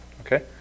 Okay